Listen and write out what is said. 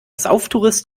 sauftourist